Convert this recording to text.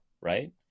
right